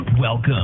Welcome